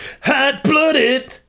hot-blooded